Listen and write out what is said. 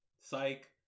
psych